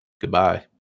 goodbye